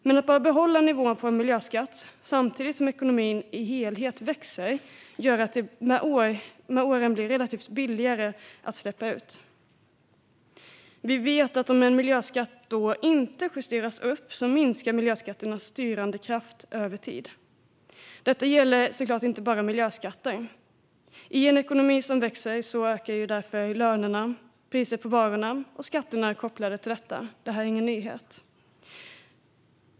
Men att bara behålla nivån på en miljöskatt, samtidigt som ekonomin som helhet växer, gör att det med åren blir relativt billigare att släppa ut. Vi vet att om en miljöskatt inte justeras upp minskar miljöskatternas styrande kraft över tid. Detta gäller såklart inte bara miljöskatter. I en ekonomi som växer ökar lönerna, priset på varorna och skatterna kopplade till detta. Det här är ingen nyhet.